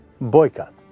Boycott